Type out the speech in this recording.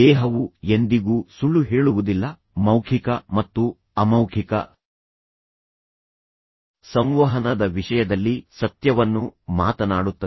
ದೇಹವು ಎಂದಿಗೂ ಸುಳ್ಳು ಹೇಳುವುದಿಲ್ಲ ಮೌಖಿಕ ಮತ್ತು ಅಮೌಖಿಕ ಸಂವಹನದ ವಿಷಯದಲ್ಲಿ ಸತ್ಯವನ್ನು ಮಾತನಾಡುತ್ತದೆ